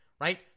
right